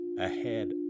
ahead